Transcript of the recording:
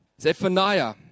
Zephaniah